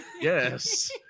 Yes